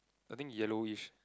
I think yellowish